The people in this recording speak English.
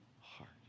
heart